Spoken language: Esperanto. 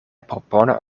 propono